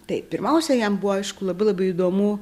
tai pirmiausia jam buvo aišku labai labai įdomu